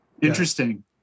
Interesting